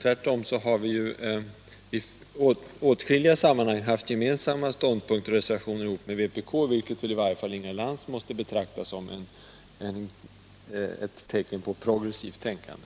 Tvärtom har vi i åtskilliga sammanhang haft gemensamma ståndpunkter som och reservationer tillsammans med vänsterpartiet kommunisterna, vilket väl i varje fall Inga Lantz måste betrakta som ett tecken på progressivt tänkande.